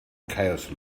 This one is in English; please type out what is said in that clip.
chaos